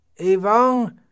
evang